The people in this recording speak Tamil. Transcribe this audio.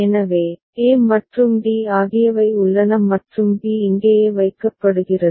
எனவே a மற்றும் d ஆகியவை உள்ளன மற்றும் b இங்கேயே வைக்கப்படுகிறது